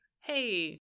hey